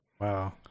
Wow